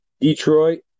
Detroit